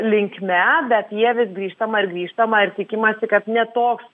linkme bet jie vis grįžtama grįžtama ir tikimasi kad ne toks